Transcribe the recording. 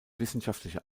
wissenschaftliche